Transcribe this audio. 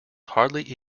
hardly